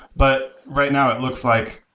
but right now it looks like